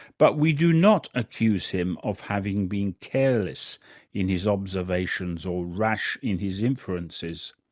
but we do not accuse him of having been careless in his observations or rash in his inferences,